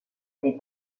des